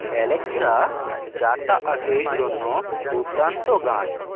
Alexa যাতায়াতের জন্য দুর্দান্ত গান